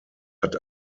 hat